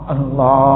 Allah